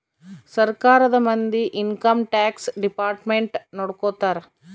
ಸರ್ಕಾರದ ಮಂದಿ income tax department ನೊಡ್ಕೋತರ